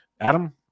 Adam